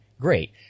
Great